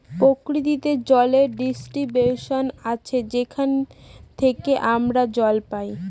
প্রকৃতিতে জলের ডিস্ট্রিবিউশন আসে যেখান থেকে আমরা জল পাই